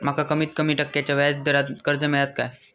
माका कमीत कमी टक्क्याच्या व्याज दरान कर्ज मेलात काय?